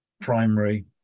primary